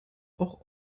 auch